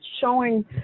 showing